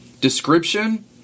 description